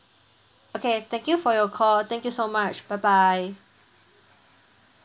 okay thank you for your call thank you so much bye bye